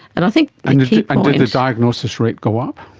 and i think diagnosis rate go up?